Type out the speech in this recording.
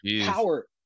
power